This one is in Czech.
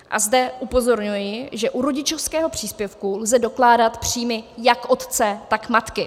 A zde upozorňuji, že u rodičovského příspěvku lze dokládat příjmy jak otce, tak matky.